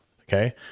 Okay